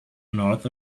north